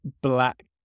black